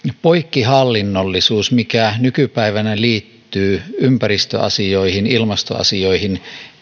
poikkihallinnollisuus mikä nykypäivänä liittyy ympäristöasioihin ilmastoasioihin